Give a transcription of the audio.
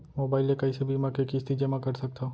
Mobile ले कइसे बीमा के किस्ती जेमा कर सकथव?